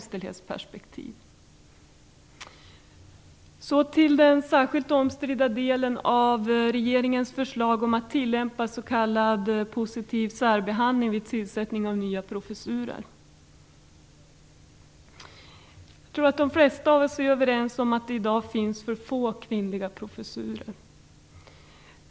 Så till den särskilt omstridda delen av regeringens förslag, den om att tillämpa s.k. positiv särbehandling vid tillsättning av nya professurer. Jag tror att de flesta av oss är överens om att det i dag finns för få kvinnliga professurer.